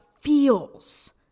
feels